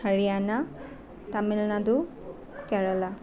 Haryana Tamil Nadu Kerala